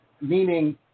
meaning